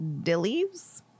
Dillies